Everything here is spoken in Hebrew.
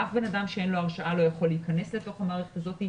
אף בן אדם שאין לו הרשאה לא יכול להיכנס לתוך המערכת הזאת.